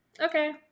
okay